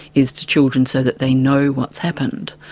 is to children so that they know what's happened,